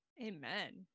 Amen